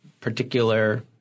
particular